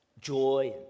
Joy